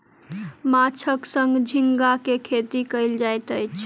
माँछक संग झींगा के खेती कयल जाइत अछि